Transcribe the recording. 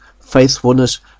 faithfulness